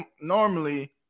normally